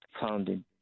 founded